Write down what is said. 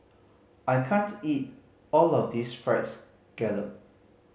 I can't eat all of this Fried Scallop